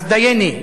אז דייני.